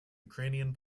ukrainian